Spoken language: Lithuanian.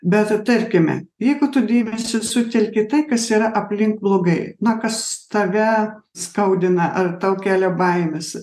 bet tarkime jeigu tu dėmesį sutelki į tai kas yra aplink blogai na kas tave skaudina ar tau kelia baimes